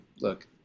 look